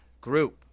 group